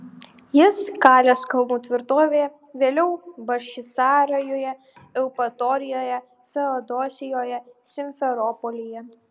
jis kalės kalnų tvirtovėje vėliau bachčisarajuje eupatorijoje feodosijoje simferopolyje